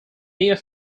near